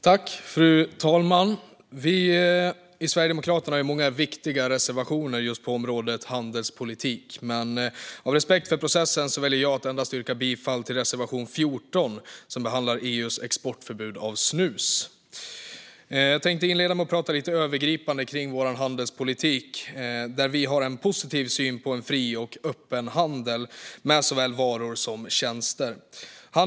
Fru talman! Sverigedemokraterna har många viktiga reservationer på området handelspolitik. Men av respekt för processen väljer jag att yrka bifall till endast reservation 14, som behandlar EU:s exportförbud mot snus. Jag tänkte inleda med att tala lite övergripande om vår handelspolitik. Vi har en positiv syn på fri och öppen handel med såväl varor som tjänster.